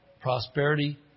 prosperity